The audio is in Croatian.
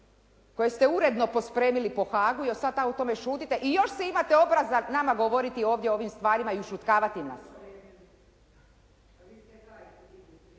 koje ste uredno pospremili po Haagu i sad o tome šutite i još se imate obraza nama govoriti ovdje o ovim stvarima i ušutkavati nas.